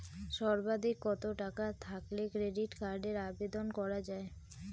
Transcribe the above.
সর্বাধিক কত টাকা থাকলে ক্রেডিট কার্ডের আবেদন করা য়ায়?